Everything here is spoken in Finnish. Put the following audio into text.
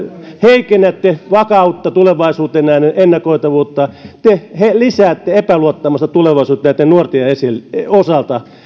heikennätte vakautta tulevaisuuteen nähden ennakoitavuutta te lisäätte epäluottamusta tulevaisuuteen näitten nuorten osalta